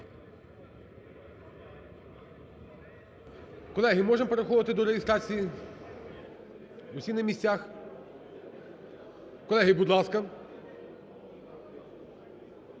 Колеги, можемо переходити до реєстрації. Усі на місцях? Колеги, будь ласка,